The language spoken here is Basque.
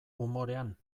umorean